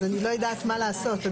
אז אני לא יודעת מה לעשות אדוני.